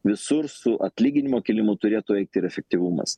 visur su atlyginimų kėlimu turėtų eiti ir efektyvumas